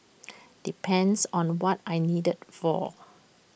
depends on what I'm needed for